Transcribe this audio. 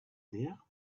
there